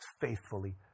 faithfully